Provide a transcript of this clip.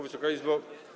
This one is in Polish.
Wysoka Izbo!